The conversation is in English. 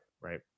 Right